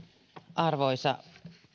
arvoisa